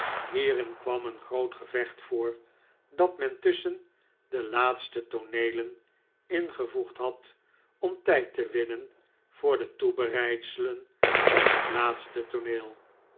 hierin kwam een groot gevecht voor dat men tusschen de laatste tooneelen ingevoegd had om tijd te winnen voor de toebereidselen van het laatste tooneel